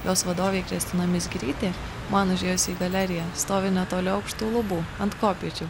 jos vadovė kristina mizgirytė man užėjus į galeriją stovi netoli aukštų lubų ant kopėčių